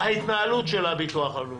ההתנהלות של הביטוח הלאומי,